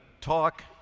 talk